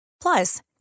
Plus